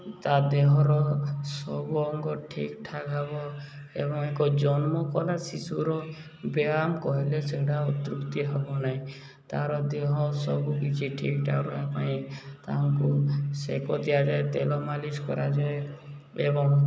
ତା' ଦେହର ସବୁ ଅଙ୍ଗ ଠିକ୍ ଠାକ୍ ହେବ ଏବଂ ଏକ ଜନ୍ମ କଳା ଶିଶୁର ବ୍ୟାୟାମ କହିଲେ ସେଟା ଅତୃପ୍ତି ହବ ନାହିଁ ତା'ର ଦେହ ସବୁ କିିଛି ଠିକ୍ ଠାକ୍ ରହିବା ପାଇଁ ତାଙ୍କୁ ସେକ ଦିଆଯାଏ ତେଲ ମାଲିସ କରାଯାଏ ଏବଂ